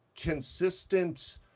consistent